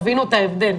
תבינו את ההבדל.